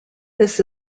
this